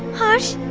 harsh!